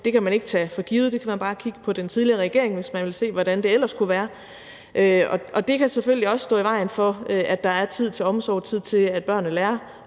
Det kan man ikke tage for givet. Der kan man bare kigge på den tidligere regering, hvis man vil se, hvordan det ellers kunne være. Det kan selvfølgelig også stå i vejen for, at der er tid til omsorg og tid til, at børnene lærer